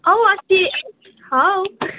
औँ अस्ति हौँ